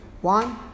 One